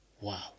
Wow